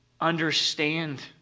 understand